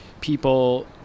people